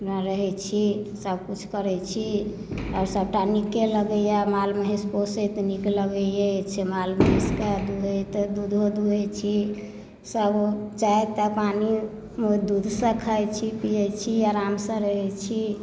मे रहै छी सबकिछु करै छी आओर सबटा नीके लगैया माल महिंस पोषैत नीक लगै अछि माल महिंस के दुहैत दूधो दुहै छी सब चाय तऽ पानि दूध सॅं खाई छी पियै छी आराम सॅं रहै छी